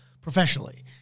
professionally